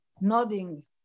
nodding